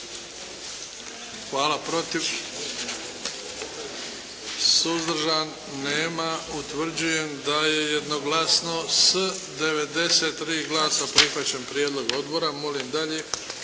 Hvala. Protiv? Suzdržan? Hvala. Utvrđujem da je jednoglasno sa 117 glasova prihvaćen prijedlog odbora. Molim dalje.